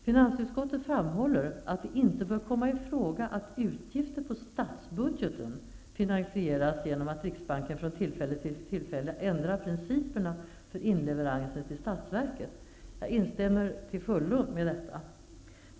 Finansutskottet framhåller att det inte bör komma i fråga att utgifter på statsbudgeten finansieras genom att riksbanken från tillfälle till tillfälle ändrar principerna för inleveranser till statsverket. Jag instämmer till fullo i detta.